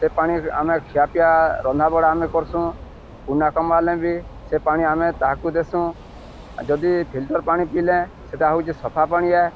ସେ ପାଣି ଆମେ ଖିଆ ପିଆ ରନ୍ଧା ବଢ଼ା ଆମେ କରସୁଁ ବି ସେ ପାଣି ଆମେ ତାହାକୁ ଦେସୁଁ ଯଦି ଫିଲ୍ଟର ପାଣି ପିଇଲେ ସେଇଟା ହେଉଛି ସଫା ପାାଣିଆ